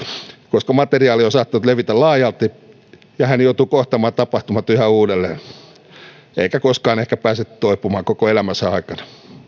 koska materiaali on saattanut levitä laajalti ja hän joutuu kohtaamaan tapahtumat yhä uudelleen eikä ehkä koskaan pääse toipumaan koko elämänsä aikana